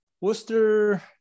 Worcester